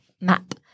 map